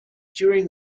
during